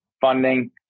funding